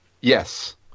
Yes